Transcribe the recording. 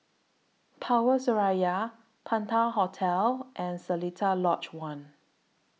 Power Seraya Penta Hotel and Seletar Lodge one